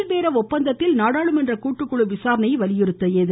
ல் பேர ஒப்பந்தத்தில் நாடாளுமன்ற கூட்டுக்குழு விசாரணையை வலியுறுத்தியது